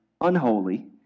unholy